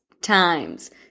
times